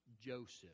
Joseph